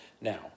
Now